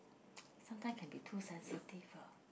sometimes can be too sensitive ah